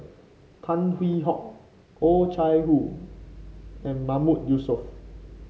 Tan Hwee Hock Oh Chai Hoo and Mahmood Yusof